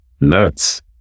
nuts